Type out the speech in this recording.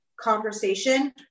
conversation